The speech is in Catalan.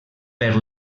per